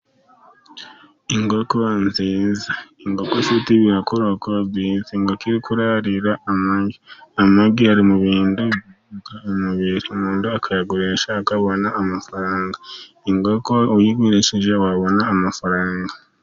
Inkoko nziza inkoko ifite ibirokoroko byiza, inkoko iri kurarira amagi, amagi ari mu bintu by'intungamubiri umuntu akayagurisha akabona amafaranga, inkoko uyigurishije wabona amafaranga.